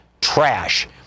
trash